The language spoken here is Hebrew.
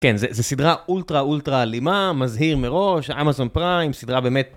כן, זו סדרה אולטרה אולטרה אלימה, מזהיר מראש, אמזון פריים, סדרה באמת...